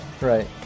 Right